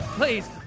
Please